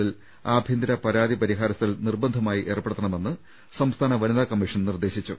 ങ്ങളിൽ ആഭ്യന്തര പരാതി പരിഹാര സെൽ നിർബന്ധമായി ഏർപ്പെടുത്ത ണമെന്ന് സംസ്ഥാന വനിതാ കമ്മീഷൻ നിർദ്ദേശിച്ചു